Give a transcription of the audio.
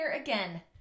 again